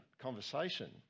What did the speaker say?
conversation